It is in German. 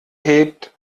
hebt